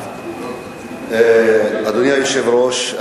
אדוני היושב-ראש,